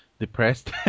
depressed